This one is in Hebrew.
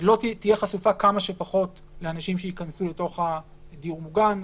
תהיה חשופה כמה שפחות לאנשים שייכנסו לדיור המוגן,